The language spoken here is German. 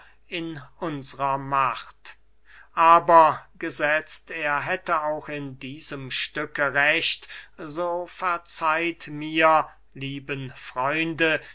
in unsrer macht aber gesetzt er hätte auch in diesem stücke recht so verzeiht mir lieben freunde